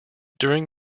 during